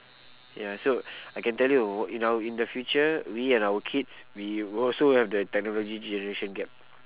ya so I can tell you in our in the future we and our kids we will also have the technology generation gap